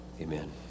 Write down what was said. Amen